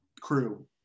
crew